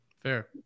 Fair